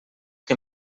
que